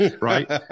right